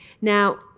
Now